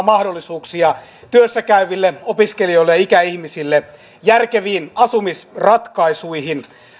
mahdollisuuksia työssä käyville opiskelijoille ja ikäihmisille järkeviin asumisratkaisuihin